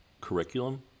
curriculum